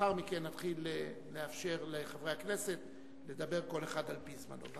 לאחר מכן נתחיל לאפשר לחברי הכנסת לדבר כל אחד על-פי זמנו.